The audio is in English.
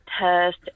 test